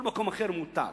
כל מקום אחר מותר,